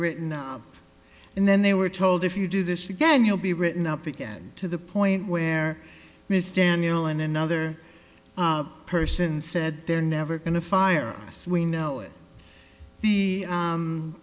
written and then they were told if you do this again you'll be written up again to the point where mr neale and another person said they're never going to fire us we know it the